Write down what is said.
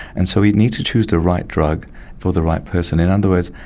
and so we need to choose the right drug for the right person. in other words,